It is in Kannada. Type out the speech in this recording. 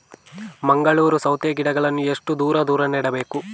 ಮಂಗಳೂರು ಸೌತೆ ಗಿಡಗಳನ್ನು ಎಷ್ಟು ದೂರ ದೂರ ನೆಡಬೇಕು?